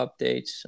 updates